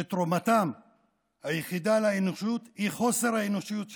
שתרומתם היחידה לאנושות היא חוסר האנושיות שלהם.